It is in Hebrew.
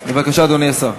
בבקשה, אדוני השר.